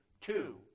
two